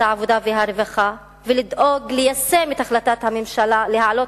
העבודה והרווחה ולדאוג ליישום החלטת הממשלה להעלות